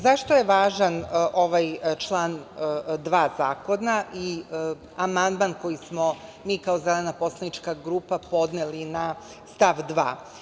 Zašto je važan ovaj član 2. zakona i amandman koji smo mi kao Zelena poslanička grupa podneli na stav 2.